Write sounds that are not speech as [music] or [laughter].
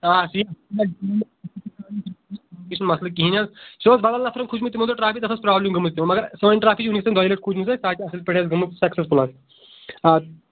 آ ٹھیٖک [unintelligible] یہِ چھُنہٕ مسلہٕ کِہیٖنۍ حظ سُہ اوس بدل نفرن کھوٗجمٕژ تِمَن دۄہَن ٹرٛافی تَتھ ٲس پرٛابلِم گٔمٕژ تِمَن مگر سٲنۍ ٹرٛافی [unintelligible] دۄیہِ لَٹہِ کھوٗجمٕژ اَسہِ [unintelligible] سُہ حظ چھِ اَصٕل پٲٹھۍ حظ گٔمٕژ سٮ۪کسَسفُل حظ آ